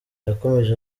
yakomeje